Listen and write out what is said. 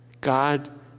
God